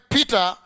Peter